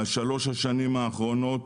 בשלושת השנים האחרונות,